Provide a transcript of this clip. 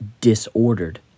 disordered